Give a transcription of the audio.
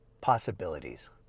possibilities